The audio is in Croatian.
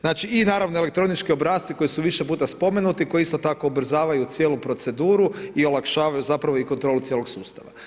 Znači naravno i elektronički obrasci koji su više puta spomenuti i koji isto tako ubrzavaju cijelu proceduru i olakšavaju zapravo i kontrolu cijelog sustava.